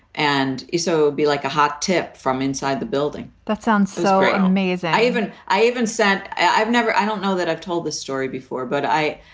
and so be like a hot tip from inside the building. that sounds so amazing. i even i even said i've never i don't know that i've told this story before, but i,